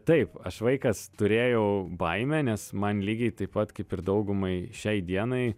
taip aš vaikas turėjau baimę nes man lygiai taip pat kaip ir daugumai šiai dienai